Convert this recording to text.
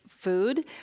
food